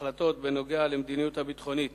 החלטות בנוגע למדיניות הביטחונית